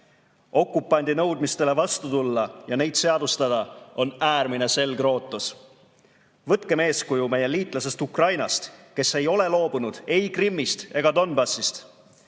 Okupandi nõudmistele vastu tulla ja neid seadustada on äärmine selgrootus. Võtkem eeskuju meie liitlasest Ukrainast, kes ei ole loobunud ei Krimmist ega Donbassist.